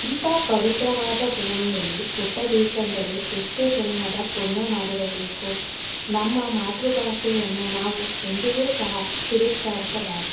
ಇಂಥ ಪವಿತ್ರವಾದ ಭೂಮಿಯಲ್ಲಿ ಹುಟ್ಟಬೇಕೆಂದರೆ ಎಷ್ಟೋ ಜನ್ಮದ ಪುಣ್ಯ ಮಾಡಿರಬೇಕು ನಮ್ಮ ಮಾತೃಭಾಷೆಯನ್ನು ನಾವು ಎಂದಿಗೂ ಸಹ ತಿರಸ್ಕರಿಸಬಾರದು